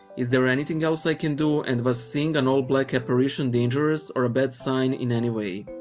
is there anything else i can do and was seeing an all-black apparition dangerous or a bad sign in any way?